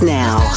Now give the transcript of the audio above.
now